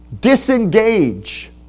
disengage